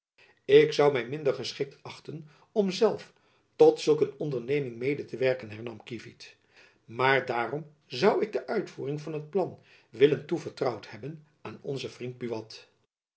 ik zoû my minder geschikt achten om zelf tot zulk een onderneming mede te werken hernam kievit maar daarom zoû ik de uitvoering van het plan willen toevertrouwd hebben aan onzen vriend